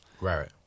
Right